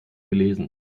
gelesen